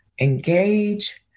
engage